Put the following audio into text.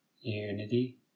unity